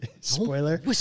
Spoiler